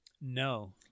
no